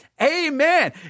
amen